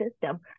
system